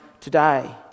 today